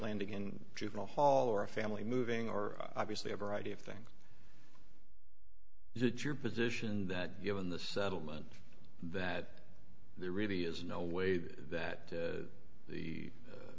landing in juvenile hall or a family moving or obviously a variety of things is it your position that given the settlement that there really is no way that that the